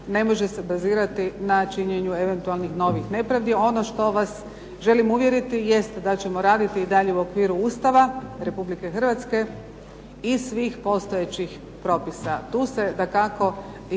ne može se bazirati na činjenicu eventualnih novih nepravdi. Ono što vas želim uvjeriti jest da ćemo raditi i dalje u okviru Ustava Republike Hrvatske i svih postojećih propisa.